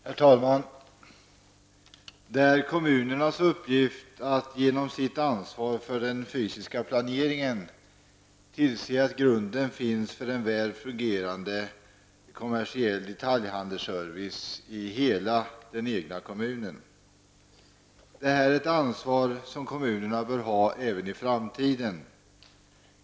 Herr talman! Det är kommunernas uppgift att genom sitt ansvar för den fysiska planeringen tillse att grunden finns för en väl fungerande kommersiell detaljhandelsservice i hela den egna kommunen. Det är ett ansvar som kommunerna bör ha även i framtiden.